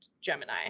Gemini